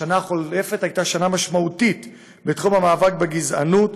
השנה החולפת הייתה שנה משמעותית בתחום המאבק בגזענות,